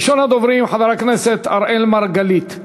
ראשון הדוברים, חבר הכנסת אראל מרגלית,